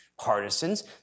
Partisans